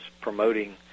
promoting